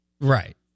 right